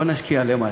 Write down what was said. בואו נשקיע למטה.